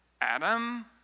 Adam